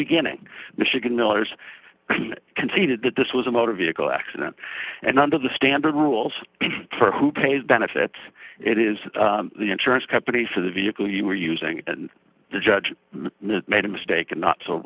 beginning michigan miller's conceded that this was a motor vehicle accident and under the standard rules for who pays benefits it is the insurance company for the vehicle you were using and the judge made a mistake in not so